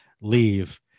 leave